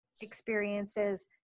experiences